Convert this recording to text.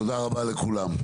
תודה רבה לכולם.